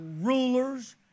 rulers